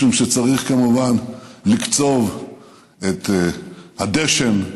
משום שצריך כמובן לקצוב את הדשן,